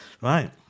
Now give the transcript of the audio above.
right